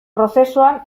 prozesuan